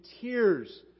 tears